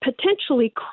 potentially